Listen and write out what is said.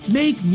make